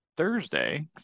Thursday